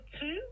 two